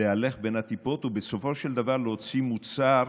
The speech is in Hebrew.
להלך בין הטיפות ובסופו של דבר להוציא מוצר,